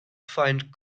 find